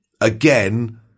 again